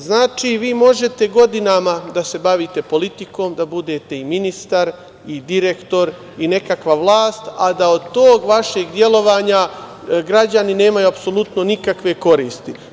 Znači, vi možete godinama da se bavite politikom, da budete i ministar i direktor i nekakva vlast, a da od tog vašeg delovanja građani nemaju apsolutno nikakve koristi.